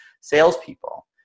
salespeople